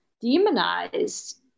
demonized